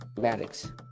Maddox